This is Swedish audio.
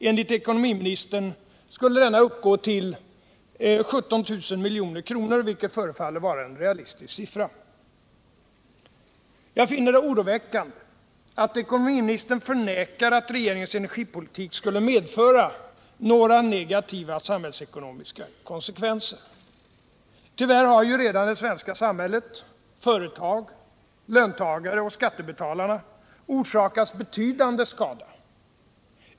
Enligt ekonomiministern skulle denna uppgå till 17 000 milj.kr., vilket förefaller mig vara en realistisk siffra. Nr 100 Jag finner det oroväckande att ekonomiministern förnekar att regeringens energipolitik skulle medföra några negativa samhällsekonomiska konsekvenser. Tyvärr har ju redan det svenska samhället, företag, löntagare och skattebetalarna, orsakats betydande skada.